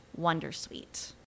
wondersuite